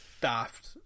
daft